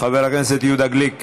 חבר הכנסת יהודה גליק,